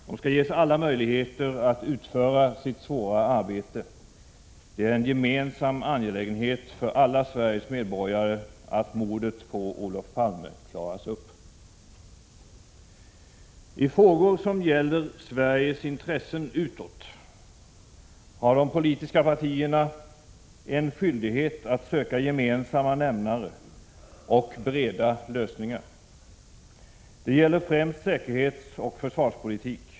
De skall ges alla möjligheter att utföra sitt svåra arbete. Det är en gemensam angelägenhet för alla Sveriges medborgare att mordet på Olof Palme klaras upp. I frågor som gäller Sveriges intressen utåt har de politiska partierna en skyldighet att söka gemensamma nämnare och breda lösningar. Det gäller främst säkerhetsoch försvarspolitik.